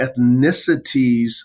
ethnicities